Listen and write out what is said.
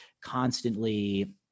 constantly